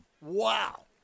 Wow